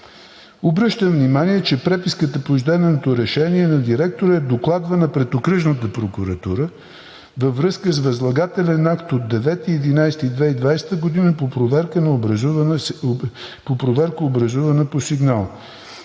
Обръщам внимание, че преписката по издаденото решение на директора е докладвана пред Окръжната прокуратура, във връзка с възлагателен акт от 09.11.2020 г. по проверка, образувана по сигнал.